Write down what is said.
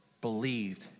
believed